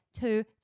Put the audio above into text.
two